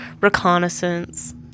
reconnaissance